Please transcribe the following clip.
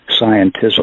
scientism